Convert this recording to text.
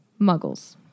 muggles